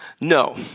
No